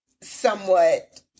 somewhat